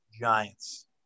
Giants